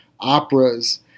operas